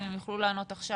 אם הם יוכלו לענות עכשיו,